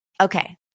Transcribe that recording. Okay